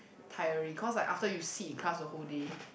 tiring cause like after you sit in class the whole day